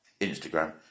Instagram